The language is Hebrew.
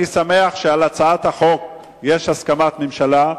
אני שמח שלהצעת החוק יש הסכמת הממשלה,